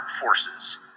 forces